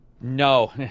No